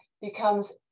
becomes